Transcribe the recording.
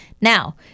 Now